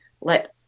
let